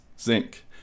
Zinc